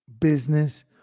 business